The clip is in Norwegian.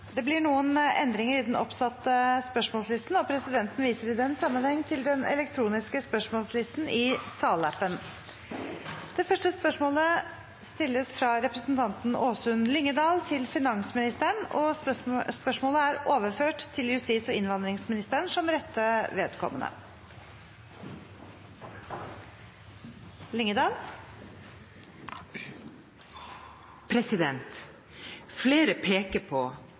Det blir noen endringer i den oppsatte spørsmålslisten, og presidenten viser i den sammenheng til den elektroniske spørsmålslisten. Endringene var som følger: Spørsmål 1, fra representanten Åsunn Lyngedal til finansministeren, er overført til justis- og innvandringsministeren som rette vedkommende.